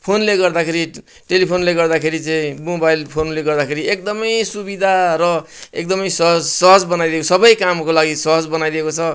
फोनले गर्दाखेरि टेलिफोनले गर्दाखेरि चाहिँ मोबाइल फोनले गर्दाखेरि एकदमै सुविधा र एकदमै सहज सहज बनाइदिएको छ सबै कामको लागि सहज बनाइदिएको छ